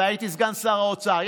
והייתי סגן שר האוצר,